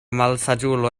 malsaĝulo